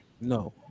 No